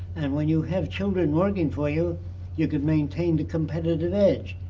and when you have children working for you you can maintain the competitive edge.